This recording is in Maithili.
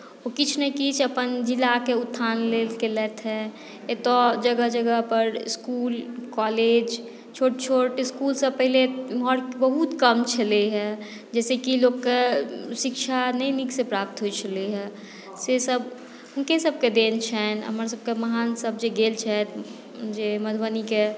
ओ किछुने किछु अपन जिलाक उत्थान लेल केलथि हेँ एतय जगह जगहपर स्कूल कॉलेज छोट छोट स्कूलसब पहिले उमहर बहुत कम छलै हेँ जाहिसँ कि लोककेँ शिक्षा नहि नीकसँ प्राप्त होइत छलय हेँ सेसभ हुनके सभके देल छनि हमरसभके महानसभ जे गेल छथि जे मधुबनीके